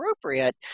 appropriate